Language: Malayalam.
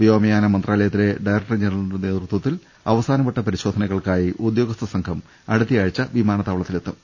വ്യോമ യാന മന്ത്രാലയത്തിലെ ഡയറക്ടർ ജനറലിന്റെ നേതൃത്വത്തിൽ അവസാ നവട്ട പരിശോധനകൾക്കായി ഉദ്യോഗസ്ഥസംഘം അടുത്ത ആഴ്ച വിമാ നത്താവളത്തിൽ എത്തും